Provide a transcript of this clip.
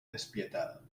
despietada